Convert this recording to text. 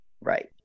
Right